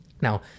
Now